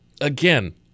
Again